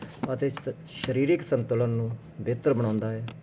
ਅਤੇ ਸ ਸਰੀਰਕ ਸੰਤੁਲਨ ਨੂੰ ਬਿਹਤਰ ਬਣਾਉਂਦਾ ਹੈ